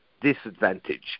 disadvantage